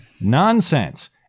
nonsense